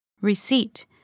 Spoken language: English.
Receipt